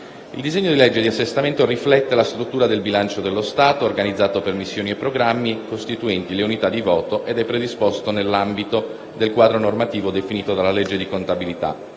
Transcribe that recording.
Il disegno di legge di assestamento riflette la struttura del bilancio dello Stato, organizzato per missioni e programmi, costituenti le unità di voto, ed è predisposto nell'ambito del quadro normativo definito dalla legge di contabilità,